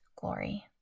glory